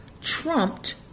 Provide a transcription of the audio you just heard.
trumped